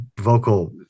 vocal